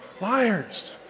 Liars